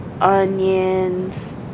onions